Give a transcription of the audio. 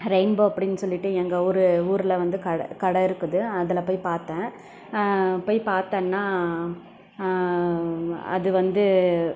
rainbow அப்படின்னு சொல்லிட்டு எங்கள் ஊர் ஊரில் வந்து கடை கடை இருக்குது அதில் போய் பார்த்தேன் போய் பார்த்தேன்னா அது வந்து